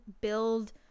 build